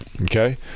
Okay